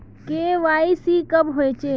KYC कब होचे?